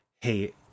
hey